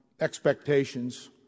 expectations